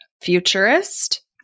futurist